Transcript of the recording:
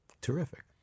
Terrific